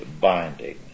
binding